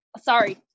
Sorry